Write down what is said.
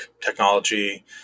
technology